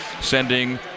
sending